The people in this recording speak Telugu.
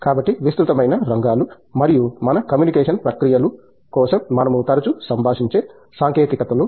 కాబట్టి విస్తృతమైన రంగాలు మరియు ఇది మన కమ్యూనికేషన్ ప్రక్రియల కోసం మనము తరచూ సంభాషించే సాంకేతికతలు